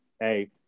Hey